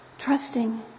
Trusting